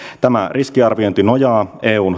tämä riskiarviointi nojaa eun